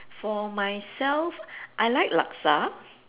for myself I like laksa